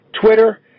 Twitter